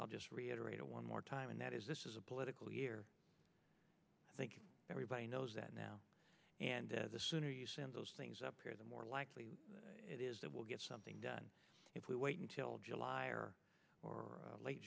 i'll just reiterate one more time and that is this is a political year i think everybody knows that now and the sooner you send those things up here the more likely it is that we'll get something done if we wait until july or or late